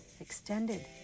extended